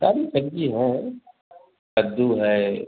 सारी सब्ज़ी हैं कद्दू है